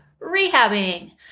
rehabbing